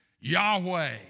Yahweh